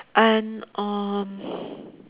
and uh